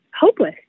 hopeless